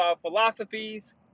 philosophies